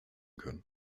können